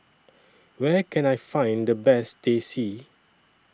Where Can I Find The Best Teh C